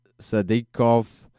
Sadikov